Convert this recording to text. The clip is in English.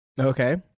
okay